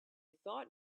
thought